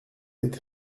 êtes